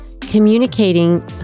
Communicating